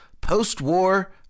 post-war